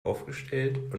aufgestellt